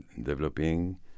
developing